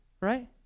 right